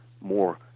more